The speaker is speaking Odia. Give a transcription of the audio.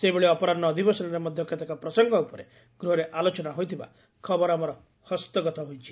ସେହିଭଳି ଅପରାହ୍ବ ଅଧିବେଶନରେ ମଧ୍ଧ କେତେକ ପ୍ରସଙ୍ଙ ଉପରେ ଗୃହରେ ଆଲୋଚନା ହୋଇଥିବା ଖବର ଆମର ହସ୍ତଗତ ହୋଇଛି